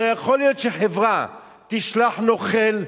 לא יכול להיות שחברה תשלח נוכל,